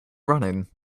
running